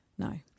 No